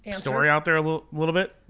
and story out there a little little bit.